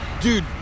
dude